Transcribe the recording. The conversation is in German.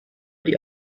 die